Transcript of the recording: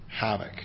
havoc